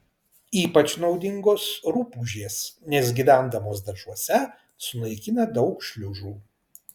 ypač naudingos rupūžės nes gyvendamos daržuose sunaikina daug šliužų